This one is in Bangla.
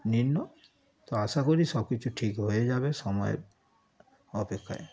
নিম্ন তো আশা করি সব কিছু ঠিক হয়ে যাবে সময়ের অপেক্ষায়